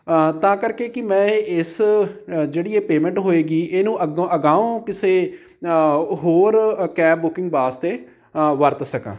ਤਾਂ ਕਰਕੇ ਕਿ ਮੈਂ ਇਸ ਜਿਹੜੀ ਇਹ ਪੇਮੈਂਟ ਹੋਏਗੀ ਇਹਨੂੰ ਅੱਗੋਂ ਅਗਾਉਂ ਕਿਸੇ ਹੋਰ ਕੈਬ ਬੁਕਿੰਗ ਵਾਸਤੇ ਵਰਤ ਸਕਾਂ